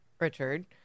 Richard